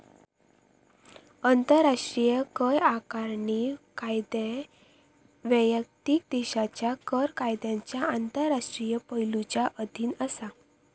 आंतराष्ट्रीय कर आकारणी कायदे वैयक्तिक देशाच्या कर कायद्यांच्या आंतरराष्ट्रीय पैलुंच्या अधीन असा